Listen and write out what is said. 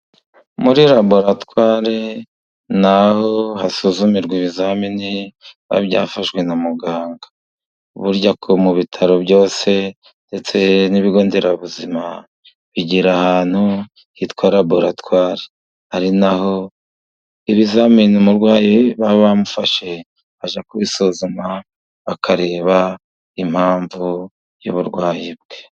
Muri laboratware ni aho basuzumirwa ibizamini biba byafashwe na muganga, burya mu bitaro byose ndetse n'ibigo nderabuzima bigira ahantu hitwa laboratware, ari n'aho ibizamini umurwayi baba bamufashe bajya kubisuzuma, bakareba impamvu y'uburwayi bwe.